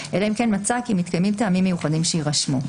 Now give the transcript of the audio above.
אלא אם כן מצא כי מתקיימים טעמים מיוחדים שיירשמו.